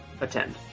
attend